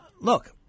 Look